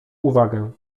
uwagę